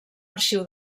arxiu